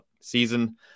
season